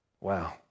Wow